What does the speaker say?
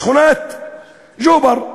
בשכונת ג'ובר,